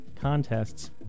contests